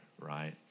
right